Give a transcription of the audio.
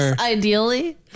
ideally